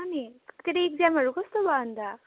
अनि तेरो एक्जामहरू कस्तो भयो अन्त